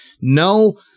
no